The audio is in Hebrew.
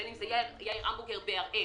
בין אם זה יהיה יאיר המבורגר בהראל,